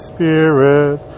Spirit